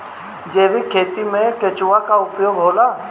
जैविक खेती मे केचुआ का उपयोग होला?